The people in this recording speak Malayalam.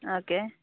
ആ ഓക്കേ